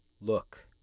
look